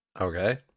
Okay